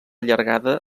llargada